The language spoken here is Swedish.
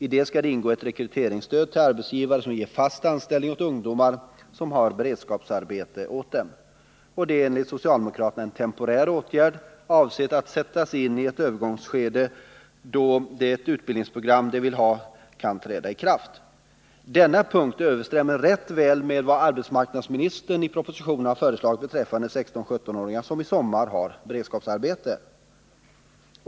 I det skall ingå ett rekryteringsstöd till arbetsgivare som ger fast anställning åt ungdomar som har beredskapsarbete hos dem. Det är enligt socialdemokraterna en temporär åtgärd, avsedd att sättas in i ett övergångsskede, då det utbildningsprogram de vill ha kan träda i kraft. Denna punkt överensstämmer rätt väl med vad arbetsmarknadsministern i propositionen har föreslagit beträffande 16-17-åringarna som i sommar har beredskapsarbete.